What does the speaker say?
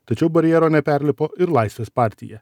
tačiau barjero neperlipo ir laisvės partija